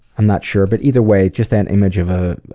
i'm not sure but either way just that image of a